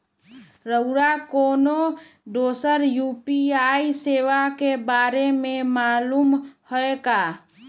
रउरा कोनो दोसर यू.पी.आई सेवा के बारे मे मालुम हए का?